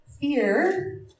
Fear